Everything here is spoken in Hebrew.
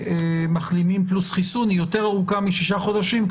מחלימים פלוס חיסון היא יותר ארוכה משישה חודשים.